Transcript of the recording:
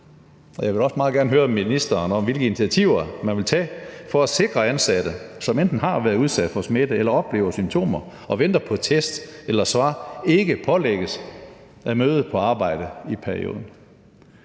Jeg vil også meget gerne høre ministeren om, hvilke initiativer man vil tage for at sikre ansatte, som enten har været udsat for smitte eller oplever symptomer og venter på test eller svar, så de ikke pålægges at møde på arbejde i perioden.